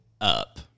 up